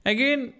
Again